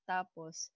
Tapos